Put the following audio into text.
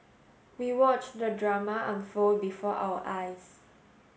we watched the drama unfold before our eyes